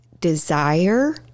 desire